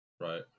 Right